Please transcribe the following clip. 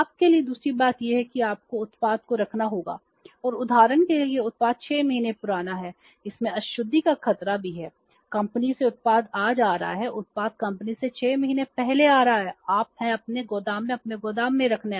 आप के लिए दूसरी बात यह है कि आपको उत्पाद को रखना होगा और उदाहरण के लिए यह उत्पाद 6 महीने पुराना है इसमें अशुद्धि का खतरा भी है कंपनी से उत्पाद आज आ रहा है उत्पाद कंपनी से 6 महीने पहले आ रहा है आप हैं अपने गोदाम में अपने गोदाम में रखना